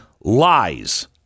lies